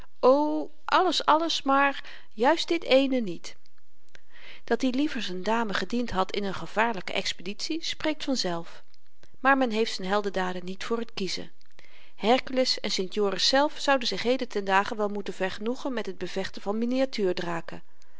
o alles alles maar juist dit ééne niet dat-i liever z'n dame gediend had in n gevaarlyke expeditie spreekt vanzelf maar men heeft z'n heldendaden niet voor t kiezen herkules en st joris zelf zouden zich heden ten dage wel moeten vergenoegen met het bevechten van